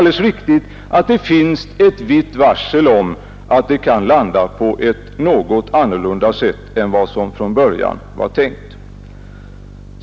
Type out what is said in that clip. Det finns ett visst varsel om att det kan bli på ett något annat sätt än vad som början varit tänkt.